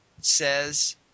says